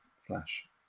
flash